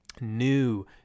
new